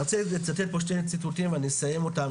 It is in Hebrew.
אני רוצה לצטט פה שני ציטוטים ואני אסיים אותם,